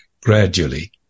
gradually